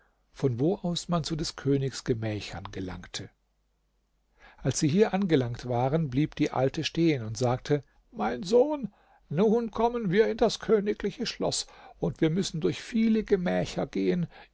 von wo aus man zu des königs gemächern gelangte es sagt der erzähler als sie hier angelangt waren blieb die alte stehen und sagte mein sohn nun kommen wir in das königliche schloß und wir müssen durch viele gemächer gehen